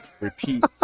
Repeat